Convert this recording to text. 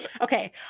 okay